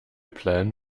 plan